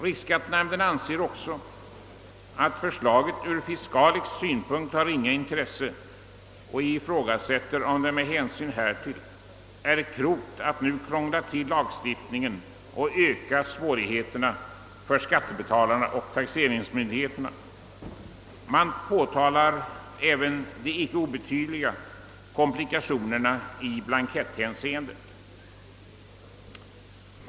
Riksskattenämnden anser också att förslaget från fiskalisk synpunkt har ringa intresse och ifrågasätter om det med hänsyn härtill är klokt att nu krångla till lagstiftningen och öka svårigheterna för skattebetalarna och taxeringsmyndigheterna. Man påtalar även de icke obetydliga komplikationerna i blanketthänseende.